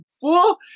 fool